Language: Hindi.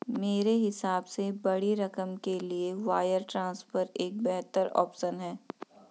मेरे हिसाब से बड़ी रकम के लिए वायर ट्रांसफर एक बेहतर ऑप्शन है